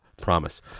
Promise